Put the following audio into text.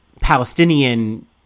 Palestinian